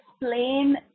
explain